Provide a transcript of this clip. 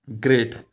Great